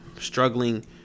struggling